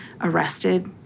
arrested